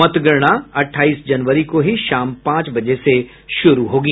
मतगणना अठाईस जनवरी को ही शाम पांच बजे से शुरू होगी